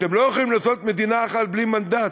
אתם לא יכולים לעשות מדינה אחת בלי מנדט.